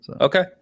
Okay